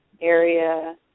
area